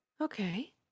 Okay